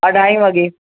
अढाईं वॻे